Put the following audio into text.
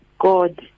God